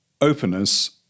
Openness